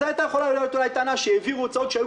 אז הייתה יכול להיות אולי טענה שהעבירו הוצאות שהיו